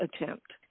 attempt